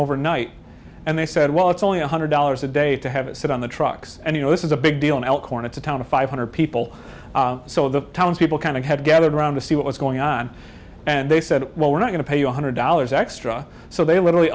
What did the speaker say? overnight and they said well it's only one hundred dollars a day to have it sit on the trucks and you know this is a big deal in elkhorn it's a town of five hundred people so the townspeople kind of had gathered around to see what was going on and they said well we're not going to pay you one hundred dollars extra so they literally